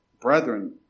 brethren